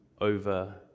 over